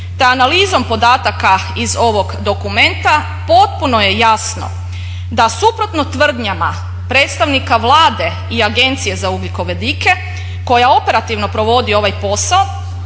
te analizom podataka iz ovog dokumenta potpuno je jasno da suprotno tvrdnjama predstavnika Vlade i Agencije za ugljikovodike koja operativno provodi ovaj posao,